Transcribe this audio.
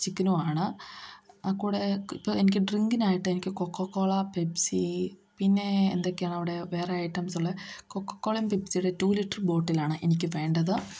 ചിക്കനുമാണ് ആ കൂടെ ഇപ്പോൾ ഡ്രിങ്കിനായിട്ട് എനിക്ക് കൊക്ക കോള പെപ്സി പിന്നെ എന്തൊക്കെയാണവിടെ വേറെ ഐറ്റംസ് ഉള്ളത് കൊക്ക കോളയും പെപ്സിയുടെയും ടു ലിറ്റർ ബോട്ടിലാണ് എനിക്കു വേണ്ടത്